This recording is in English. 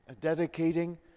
dedicating